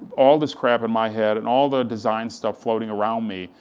all this crap in my head, and all the design stuff floating around me,